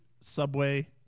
Subway